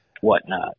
whatnot